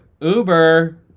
Uber